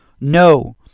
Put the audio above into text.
No